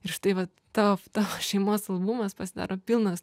ir štai va tavo tavo šeimos albumas pasidaro pilnas